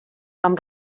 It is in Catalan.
amb